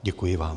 Děkuji vám.